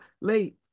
late